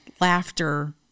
laughter